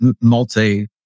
multi